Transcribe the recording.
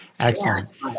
Excellent